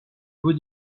vous